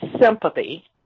sympathy